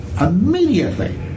Immediately